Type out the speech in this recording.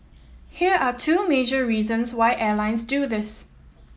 here are two major reasons why airlines do this